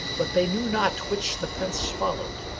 but they knew not which the prince followed,